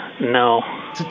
No